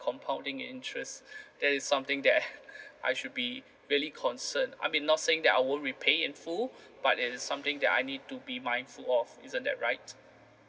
compounding interest that is something that I should be really concern I mean not saying that I won't repay in full but it is something that I need to be mindful of isn't that right